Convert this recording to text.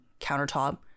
countertop